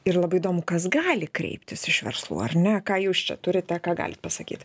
ir labai įdomu kas gali kreiptis iš verslų ar ne ką jūs čia turite ką galit pasakyt